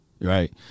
right